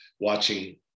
watching